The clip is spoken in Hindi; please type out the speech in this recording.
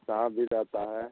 साँप भी रहता है